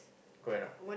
correct not